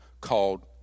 called